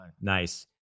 nice